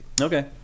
Okay